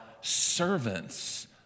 servants